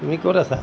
তুমি ক'ত আছা